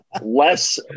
Less